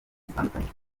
zitandukanye